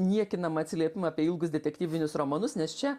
niekinamą atsiliepimą apie ilgus detektyvinius romanus nes čia